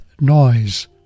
noise